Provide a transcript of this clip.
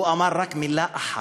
הוא אמר רק מילה אחת: